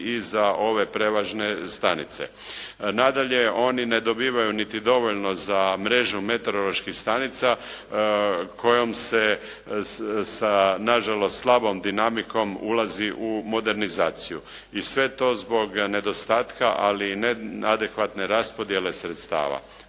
i za ove prevažne stanice. Nadalje, oni ne dobivaju niti dovoljno za mrežu meteoroloških stanica kojom se sa na žalost slabom dinamikom ulazi u modernizaciju i sve to zbog nedostatka ali ne adekvatne raspodjele sredstava.